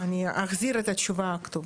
אני אחזיר את התשובה כתובה.